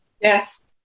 Yes